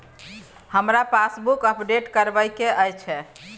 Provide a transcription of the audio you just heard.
हमरा passbook update करैबे के अएछ?